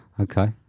Okay